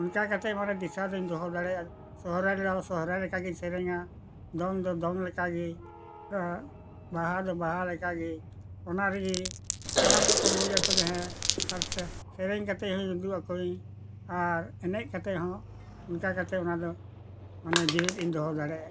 ᱚᱱᱠᱟ ᱠᱟᱛᱮ ᱢᱟᱱᱮ ᱫᱤᱥᱟᱹ ᱫᱚᱧ ᱫᱚᱦᱚ ᱫᱟᱲᱮᱭᱟᱜᱼᱟ ᱥᱚᱦᱚᱨᱟᱭ ᱨᱮᱦᱚᱸ ᱥᱚᱦᱚᱨᱟᱭ ᱞᱮᱠᱟ ᱜᱤᱧ ᱥᱮᱨᱮᱧᱟ ᱫᱚᱝ ᱫᱚ ᱫᱚᱝ ᱞᱮᱠᱟᱜᱮ ᱵᱟᱦᱟ ᱫᱚ ᱵᱟᱦᱟ ᱞᱮᱠᱟᱜᱮ ᱚᱱᱟ ᱨᱮᱜᱮ ᱥᱟᱱᱟᱢ ᱠᱚᱠᱚ ᱵᱩᱡ ᱟᱠᱚ ᱡᱮ ᱦᱮᱸ ᱟᱨ ᱥᱮᱨᱮᱧ ᱠᱟᱛᱮ ᱦᱚᱸᱧ ᱩᱫᱩᱜ ᱟᱠᱚᱣᱟᱹᱧ ᱟᱨ ᱮᱱᱮᱡ ᱠᱟᱛᱮ ᱦᱚᱸ ᱚᱱᱠᱟ ᱠᱟᱛᱮ ᱚᱱᱟ ᱫᱚ ᱢᱟᱱᱮ ᱡᱤᱣᱮᱫ ᱤᱧ ᱫᱚᱦᱚ ᱫᱟᱲᱮᱭᱟᱜᱼᱟ